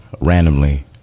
randomly